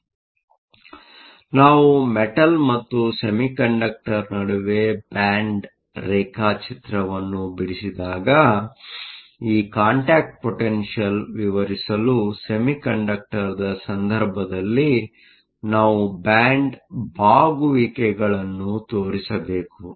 ಆದ್ದರಿಂದ ನಾವು ಮೆಟಲ್ ಮತ್ತು ಸೆಮಿಕಂಡಕ್ಡರ್ ನಡುವೆ ಬ್ಯಾಂಡ್ ರೇಖಾಚಿತ್ರವನ್ನು ಬಿಡಿಸಿದಾಗ ಈ ಕಾಂಟ್ಯಾಕ್ಟ್ ಪೊಟೆನ್ಷಿಯಲ್ ವಿವರಿಸಲು ಸೆಮಿಕಂಡಕ್ಟರ್Semiconductorನ ಸಂದರ್ಭದಲ್ಲಿ ನಾವು ಬ್ಯಾಂಡ್ ಬಾಗುವಿಕೆಗಳನ್ನು ತೋರಿಸಬೇಕು